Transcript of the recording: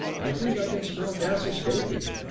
i think i can smell gas escaping.